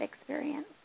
experience